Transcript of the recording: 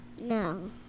No